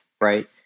right